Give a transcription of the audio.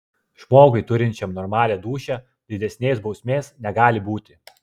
žmogui turinčiam normalią dūšią didesnės bausmės negali būti